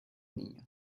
niños